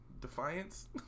defiance